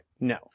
No